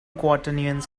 quaternions